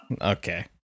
Okay